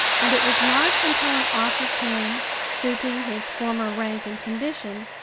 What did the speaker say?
and it was not until an offer came, suiting his former rank and condition,